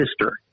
sister